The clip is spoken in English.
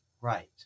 right